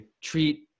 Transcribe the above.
treat